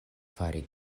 fari